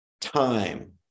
time